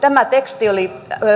tämä teksti oli